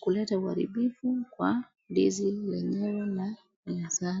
kuleta uharibifu kwa ndizi lenyewe na ni hasara.